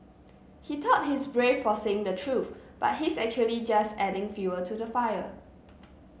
he thought his brave for saying the truth but his actually just adding fuel to the fire